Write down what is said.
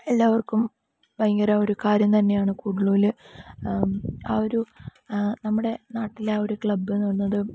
എല്ലാവർക്കും ഭയങ്കര ഒരു കാര്യം തന്നെയാണ് കൂടുള്ളുല് അ ഒരു നമ്മുടെ നാട്ടിലെ അ ഒരു ക്ലബ്ബെന്നു പറയുന്നത്